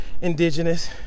indigenous